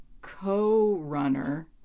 co-runner